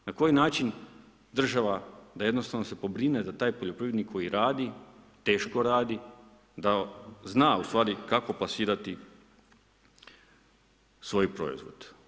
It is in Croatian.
Na koji način država da jednostavno se pobrine da taj poljoprivrednik koji radi, teško radi, da zna u stvari, kako plasirati svoj proizvod.